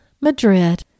Madrid